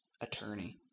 attorney